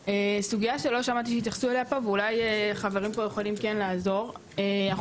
ואולי חברים פה יכולים לעזור אנחנו